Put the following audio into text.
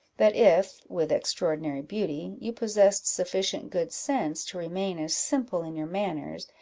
that if, with extraordinary beauty, you possessed sufficient good sense to remain as simple in your manners,